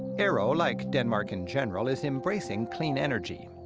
aero, like denmark in general is embracing clean energy.